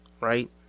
right